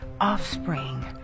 offspring